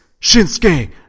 Shinsuke